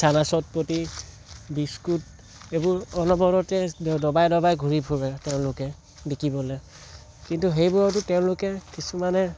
চানা চটপটি বিস্কুত এইবোৰ অলপ অলপতে দবাই দবাই ঘূৰি ফুৰে তেওঁলোকে বিকিবলৈ কিন্তু সেইবোৰতো তেওঁলোকে কিছুমানে